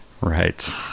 right